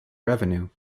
revenue